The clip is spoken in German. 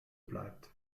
bleibt